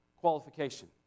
qualification